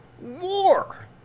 War